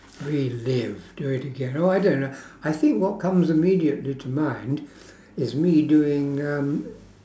relive do it again oh I don't know I think what comes immediately to mind is me doing um